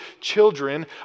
children